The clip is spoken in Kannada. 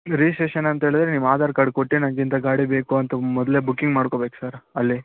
ರಿಜಿಸ್ಟ್ರೇಷನ್ ಅಂತ್ಹೇಳಿದರೆ ನೀವು ಆಧಾರ್ ಕಾರ್ಡ್ ಕೊಟ್ಟು ನಮ್ಗೆ ಇಂಥ ಗಾಡಿ ಬೇಕು ಅಂತ ಮೊದಲೇ ಬುಕ್ಕಿಂಗ್ ಮಾಡ್ಕೊಬೇಕು ಸರ್ ಅಲ್ಲಿ